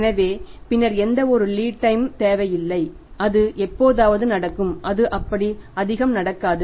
எனவே பின்னர் எந்தவொரு லீட் டைம் ம் தேவையில்லை அது எப்போதாவது நடக்கும் அது அப்படி அதிகம் நடக்காது